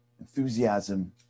enthusiasm